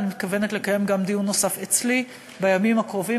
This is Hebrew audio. ואני גם מתכוונת לקיים דיון נוסף אצלי בימים הקרובים,